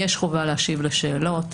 יש חובה להשיב לשאלות.